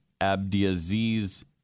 Abdiaziz